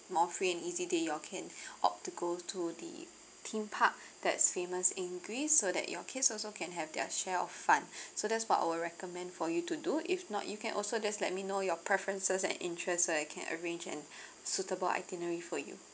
more free and easy day you all can opt to go to the theme park that's famous in greece so that your kids also can have their share of fun so that's what I will recommend for you to do if not you can also just let me know your preferences and interests so that I can arrange an suitable itinerary for you